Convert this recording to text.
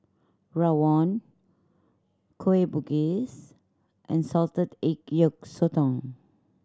rawon Kueh Bugis and salted egg yolk sotong